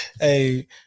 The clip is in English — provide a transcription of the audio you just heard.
Hey